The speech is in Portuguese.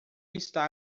está